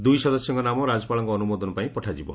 ଦୁଇ ସଦସ୍ୟଙ୍କ ନାମ ରାଜ୍ୟପାଳଙ୍କ ଅନୁମୋଦନ ପାଇଁ ପଠାଯିବ